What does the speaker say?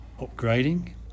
upgrading